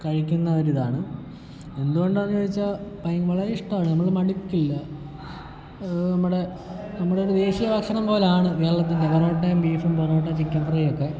കഴിക്കുന്ന ഒരു ഇതാണ് എന്ത് കൊണ്ടാണെന്ന് ചോദിച്ചാൽ പൈൻ വളരെ ഇഷ്ടമാണ് നമ്മൾ മുടക്കില്ല നമ്മുടെ നമ്മുടെ ഒരു ദേശിയ ഭക്ഷണം പോലെയാണ് കേരളത്തിൻ്റെ പൊറോട്ടയും ബീഫും പൊറോട്ട ചിക്കൻ ഫ്രൈയും ഒക്കെ